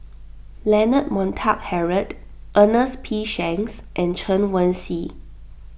Leonard Montague Harrod Ernest P Shanks and Chen Wen Hsi